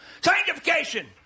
Sanctification